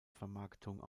vermarktung